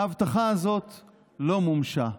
ההבטחה הזאת לא מומשה,